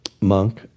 monk